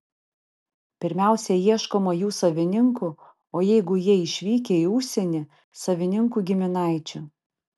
pirmiausia ieškoma jų savininkų o jeigu jie išvykę į užsienį savininkų giminaičių